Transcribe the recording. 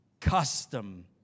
custom